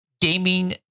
gaming